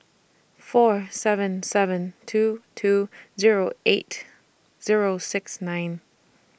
four seven seven two two Zero eight Zero six nine